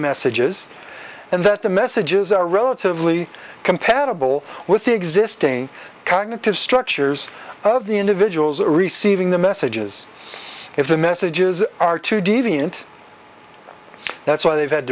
messages and that the messages are relatively compatible with the existing cognitive structures of the individuals who are receiving the messages if the messages are to deviant that's why they've had